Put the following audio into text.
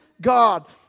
God